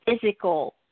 physical